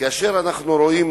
כאשר אנחנו רואים,